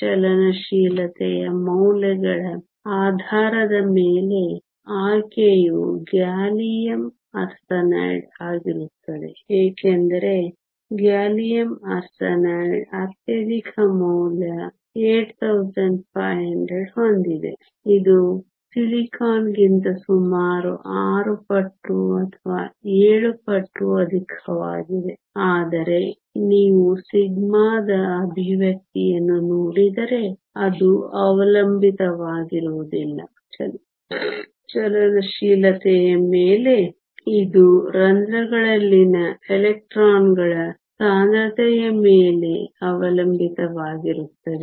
ಚಲನಶೀಲತೆಯ ಮೌಲ್ಯಗಳ ಆಧಾರದ ಮೇಲೆ ಆಯ್ಕೆಯು ಗ್ಯಾಲಿಯಮ್ ಆರ್ಸೆನೈಡ್ ಆಗಿರುತ್ತದೆ ಏಕೆಂದರೆ ಗ್ಯಾಲಿಯಮ್ ಆರ್ಸೆನೈಡ್ ಅತ್ಯಧಿಕ ಮೌಲ್ಯ 8500 ಹೊಂದಿದೆ ಇದು ಸಿಲಿಕಾನ್ ಗಿಂತ ಸುಮಾರು 6 ಪಟ್ಟು ಅಥವಾ 7 ಪಟ್ಟು ಅಧಿಕವಾಗಿದೆ ಆದರೆ ನೀವು ಸಿಗ್ಮಾದ ಎಕ್ಸ್ಪ್ರೆಶನ್ ಅನ್ನು ನೋಡಿದರೆ ಅದು ಅವಲಂಬಿತವಾಗಿರುವುದಿಲ್ಲ ಚಲನಶೀಲತೆಯ ಮೇಲೆ ಇದು ರಂಧ್ರಗಳಲ್ಲಿನ ಎಲೆಕ್ಟ್ರಾನ್ಗಳ ಸಾಂದ್ರತೆಯ ಮೇಲೆ ಅವಲಂಬಿತವಾಗಿರುತ್ತದೆ